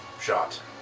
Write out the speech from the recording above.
shot